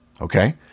okay